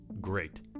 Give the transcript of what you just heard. Great